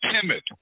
timid